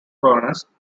furnace